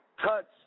touch